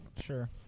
Sure